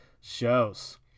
shows